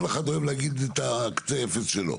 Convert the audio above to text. כל אחד אוהב להגיד את קצה האפס שלו.